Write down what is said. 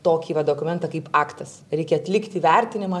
tokį va dokumentą kaip aktas reikia atlikti vertinimą